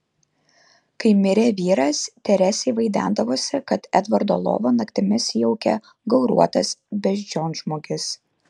kai mirė vyras teresei vaidendavosi kad edvardo lovą naktimis jaukia gauruotas beždžionžmogis